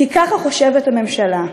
כי ככה חושבת הממשלה.